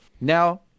now